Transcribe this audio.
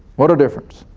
what a difference.